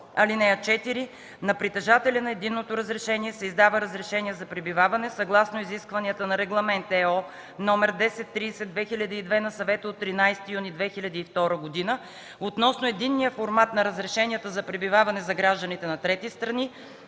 закона. (4) На притежателя на единното разрешение, се издава разрешение за пребиваване съгласно изискванията на Регламент (ЕО) № 1030/2002 на Съвета от 13 юни 2002 г. относно единния формат на разрешенията за пребиваване за гражданите на трети страни,